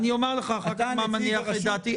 אני אומר לך אחר כך מה מניח את דעתי.